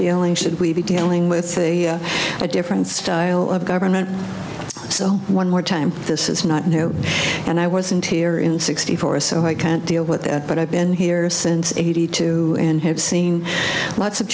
dealing should we be dealing with a different style of government so one more time this is not new and i wasn't here in sixty four so i can't deal with that but i've been here since eighty two and have seen lots of